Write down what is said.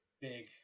big